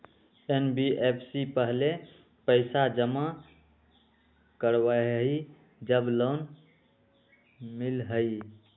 NBFC पहले पईसा जमा करवहई जब लोन मिलहई?